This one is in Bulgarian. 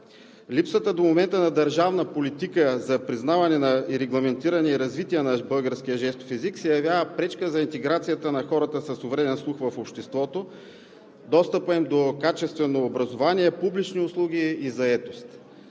Липсата на държавна политика за признаване, регламентиране и развитие на българския жестов език до момента се явява пречка за интеграцията на хората с увреден слух в обществото, за достъпа им до качествено образование, публични услуги и заетост.